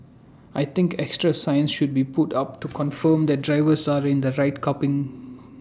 I think extra signs should be put up to confirm that drivers are in the right car pin